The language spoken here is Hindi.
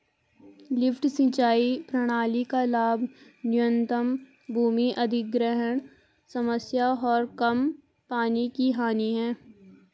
लिफ्ट सिंचाई प्रणाली का लाभ न्यूनतम भूमि अधिग्रहण समस्या और कम पानी की हानि है